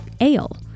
ale